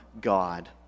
God